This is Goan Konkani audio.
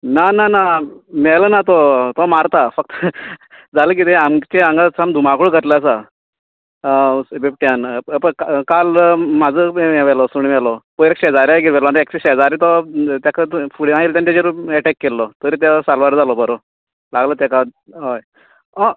ना ना ना मेल ना तो तो मारतां फक्त जाल किदे आमच्या हांगा सामको धूमाकुळ घातलो आसा बिबट्यान हे पळय काल माजर व्हेलो सुणें व्हेलो पयर शेजाऱ्यागेर व्हेलो आनी एकच्यूली शेजारी तो तेका फुड्यान आयलो तेजेर तो ऍटेक केल्लो तरी तो साल्वार जालो बरो लागून तेका हय